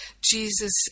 jesus